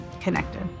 connected